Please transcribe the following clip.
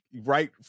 right